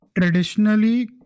Traditionally